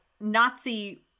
Nazi